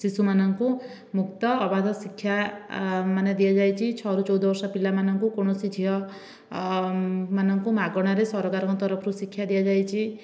ଶିଶୁମାନଙ୍କୁ ମୁକ୍ତ ଅବାଧ ଶିକ୍ଷା ମାନେ ଦିଆଯାଇଛି ଛଅରୁ ଚଉଦ ବର୍ଷ ପିଲାମାନଙ୍କୁ କୌଣସି ଝିଅ ମାନଙ୍କୁ ମାଗଣାରେ ସରକାରଙ୍କ ତରଫରୁ ଶିକ୍ଷା ଦିଆଯାଇଛି